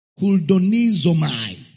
Kuldonizomai